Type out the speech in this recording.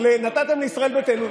נתתם לישראל ביתנו,